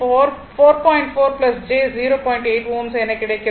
8 Ω என கிடைக்கிறது